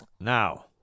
Now